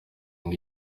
ngo